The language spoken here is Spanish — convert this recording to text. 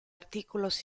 artículos